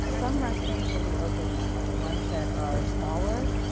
ah some restrooms will be open now. the ones that are smaller,